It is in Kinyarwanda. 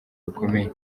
bikomeye